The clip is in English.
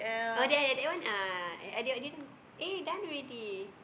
oh ya ya that one uh I didn't I didn't go eh done already